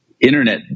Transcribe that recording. internet